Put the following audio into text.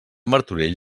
martorell